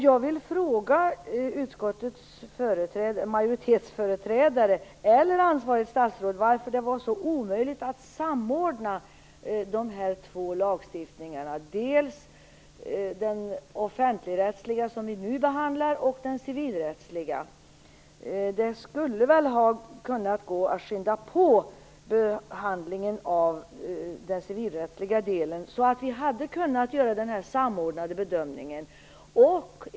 Jag vill fråga utskottsmajoritetens företrädare eller ansvarigt statsråd varför det var så omöjligt att samordna dessa två lagstiftningar, dels den offentligrättsliga, som vi nu behandlar, och den civilrättsliga. Det skulle väl ha varit möjligt att påskynda behandlingen av den civilrättsliga delen, så att vi hade kunnat göra en samordnad bedömning.